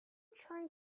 trying